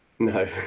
no